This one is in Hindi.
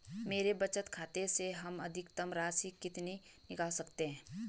मेरे बचत खाते से हम अधिकतम राशि कितनी निकाल सकते हैं?